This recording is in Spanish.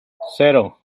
cero